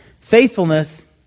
Faithfulness